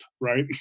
right